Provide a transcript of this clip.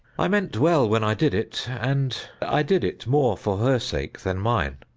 i meant well when i did it and i did it more for her sake than mine.